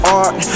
art